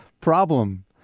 problem